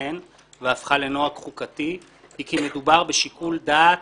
לדורותיהן והפכה לנוהג חוקתי היא כי מדובר בשיקול דעת